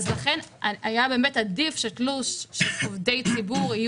אז לכן היה באמת עדיף שתלוש של עובדי ציבור יהיה